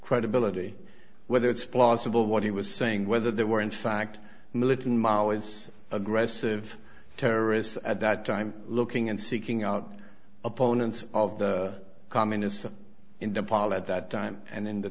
credibility whether it's plausible what he was saying whether there were in fact militant maoists aggressive terrorists at that time looking and seeking out opponents of the communists in the pilot that time and in the